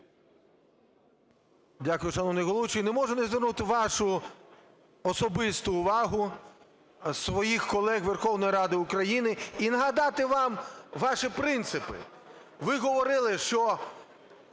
Дякую, шановний головуючий. Не можу не звернути вашу особисту увагу, своїх колег, Верховної Ради України і нагадати вам ваші принципи. Ви говорили, що